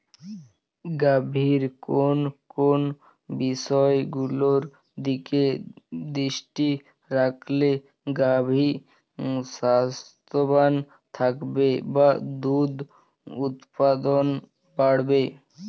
গাভীর কোন কোন বিষয়গুলোর দিকে দৃষ্টি রাখলে গাভী স্বাস্থ্যবান থাকবে বা দুধ উৎপাদন বাড়বে?